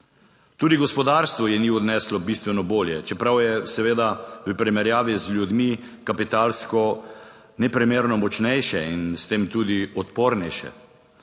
Tudi gospodarstvo je ni odneslo bistveno bolje, čeprav je seveda v primerjavi z ljudmi kapitalsko neprimerno močnejše in s tem tudi odpornejše.